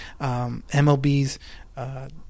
MLB's